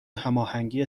هماهنگی